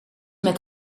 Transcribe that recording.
met